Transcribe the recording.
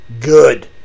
good